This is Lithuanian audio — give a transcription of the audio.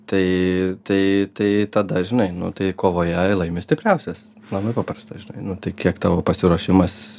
tai tai tai tada žinai nu tai kovoje laimi stipriausias labai paprasta žinai nu tai kiek tavo pasiruošimas